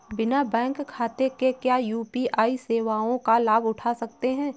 बिना बैंक खाते के क्या यू.पी.आई सेवाओं का लाभ उठा सकते हैं?